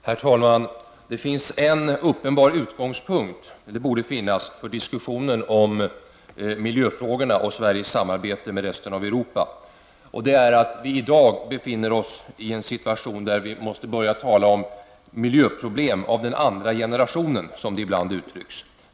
Herr talman! Det finns en uppenbar utgångspunkt -- eller det borde finnas -- för diskussionen om miljöfrågorna och Sveriges samarbete med resten av Europa, och det är att vi i dag befinner oss i en situation där vi måste börja tala om miljöproblem av den andra generationen, som det ibland uttrycks.